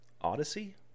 Odyssey